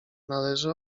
należy